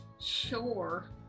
sure